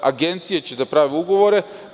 Agencije će da prave ugovore.